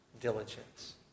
diligence